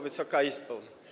Wysoka Izbo!